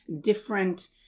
different